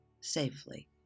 safely